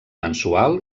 mensual